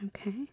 Okay